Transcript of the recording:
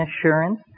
assurance